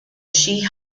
shin